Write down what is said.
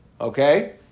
okay